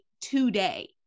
today